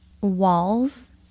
walls